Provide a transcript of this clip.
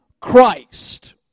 Christ